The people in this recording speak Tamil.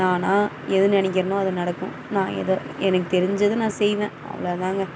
நானாக எது நினைக்கிறேனோ அது நடக்கும் நான் எதை எனக்கு தெரிஞ்சதை நான் செய்வேன் அவ்வளோதாங்க